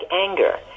anger